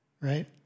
right